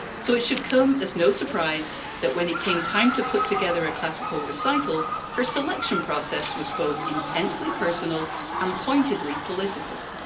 so it should come as no surprise that when it came time to put together a classical recital, her selection process was both intensely personal and pointedly political.